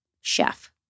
chef